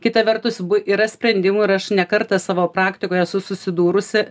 kita vertus yra sprendimų ir aš ne kartą savo praktikoje esu susidūrusi